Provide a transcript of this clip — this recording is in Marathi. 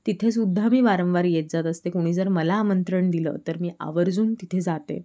तिथे सुद्धा मी वारंवार येत जात असते कुणी जर मला आमंत्रण दिलं तर मी आवर्जून तिथे जाते